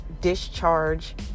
discharge